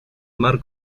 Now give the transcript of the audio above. mar